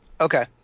Okay